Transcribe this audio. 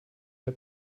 der